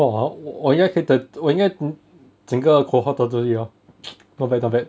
!wah! ya 我应该可以得我应该整个 cohort 得罪而已 lor not bad not bad